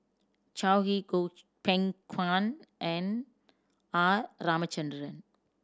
Yao Zi Goh Beng Kwan and R Ramachandran